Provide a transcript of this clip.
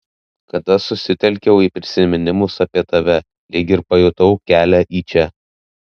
kada susitelkiau į prisiminimus apie tave lyg ir pajutau kelią į čia